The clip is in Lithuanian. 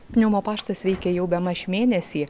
pneumo paštas veikia jau bemaž mėnesį